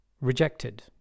rejected